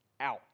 out